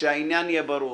שהעניין יהיה ברור,